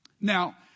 Now